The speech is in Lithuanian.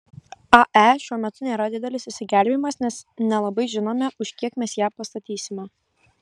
ae šiuo metu nėra didelis išsigelbėjimas nes nelabai žinome už kiek mes ją pastatysime